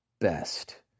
best